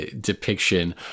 depiction